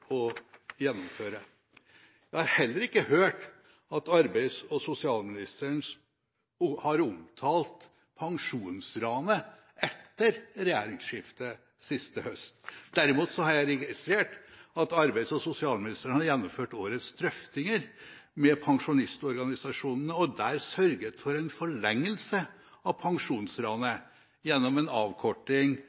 å gjennomføre. Jeg har heller ikke hørt at arbeids- og sosialministeren har omtalt pensjonsranet etter regjeringsskiftet sist høst. Derimot har jeg registrert at arbeids- og sosialministeren har gjennomført årets drøftinger med pensjonistorganisasjonene, og der sørget for en forlengelse av pensjonsranet gjennom en